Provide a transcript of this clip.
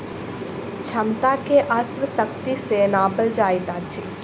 क्षमता के अश्व शक्ति सॅ नापल जाइत अछि